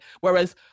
whereas